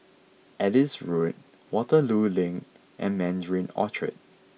Adis Road Waterloo Link and Mandarin Orchard